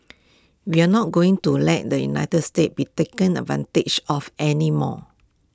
we are not going to let the united states be taken advantage of any more